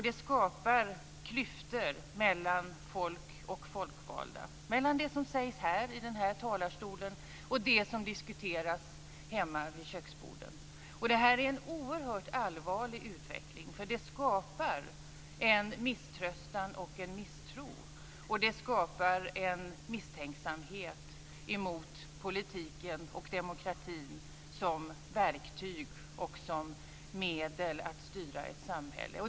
Det skapar klyftor mellan folk och folkvalda, mellan det som sägs i denna talarstol och det som diskuteras hemma vid köksborden. Det är en oerhört allvarlig utveckling, för det skapar en misströstan och en misstro. Det skapar en misstänksamhet mot politiken och demokratin som verktyg och som medel för att styra ett samhälle.